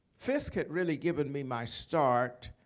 fisk had really given me my start